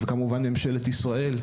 וכמובן ממשלת ישראל,